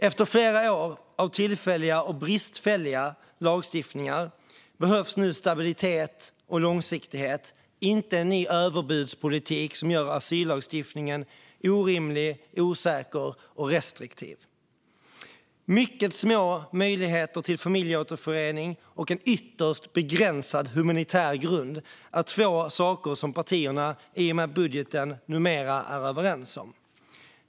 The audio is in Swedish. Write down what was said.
Efter flera år av tillfälliga och bristfälliga lagstiftningar behövs nu stabilitet och långsiktighet - inte en ny överbudspolitik som gör asyllagstiftningen orimlig, osäker och restriktiv. Mycket små möjligheter till familjeåterförening och en ytterst begränsad humanitär grund är två saker som partierna i och med budgeten numera är överens om.